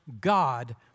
God